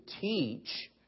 teach